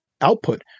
output